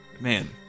man